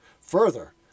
Further